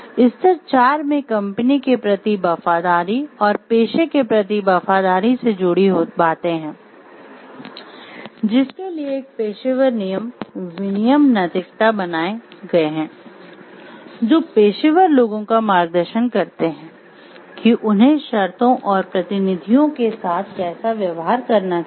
स्तर चार में कंपनी के प्रति वफादारी और पेशे के प्रति वफादारी से जुड़ी बातें है जिसके लिए एक "पेशेवर नियम विनियम नैतिकता" बनाये गए है जो पेशेवर लोगों का मार्गदर्शन करते हैं कि उन्हें शर्तों और प्रतिनिधियों के साथ कैसा व्यवहार करना चाहिए